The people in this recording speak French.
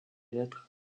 lettres